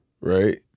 right